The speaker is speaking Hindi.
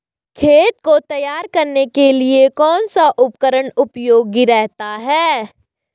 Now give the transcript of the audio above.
खेत को तैयार करने के लिए कौन सा उपकरण उपयोगी रहता है?